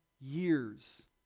years